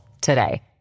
today